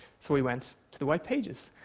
so we went to the white pages,